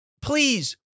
Please